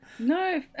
No